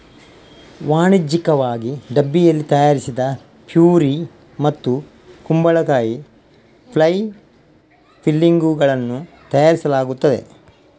ವಾಣಿಜ್ಯಿಕವಾಗಿ ಡಬ್ಬಿಯಲ್ಲಿ ತಯಾರಿಸಿದ ಪ್ಯೂರಿ ಮತ್ತು ಕುಂಬಳಕಾಯಿ ಪೈ ಫಿಲ್ಲಿಂಗುಗಳನ್ನು ತಯಾರಿಸಲಾಗುತ್ತದೆ